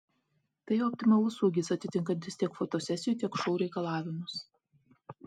tai optimalus ūgis atitinkantis tiek fotosesijų tiek šou reikalavimus